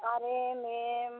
अरे मेम